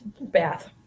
Bath